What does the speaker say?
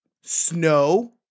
snow